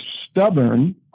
stubborn